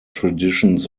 traditions